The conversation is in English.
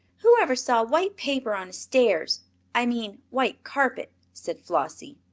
whoever saw white paper on a stairs i mean white carpet, said flossie.